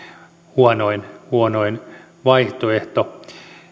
huonoin huonoin vaihtoehto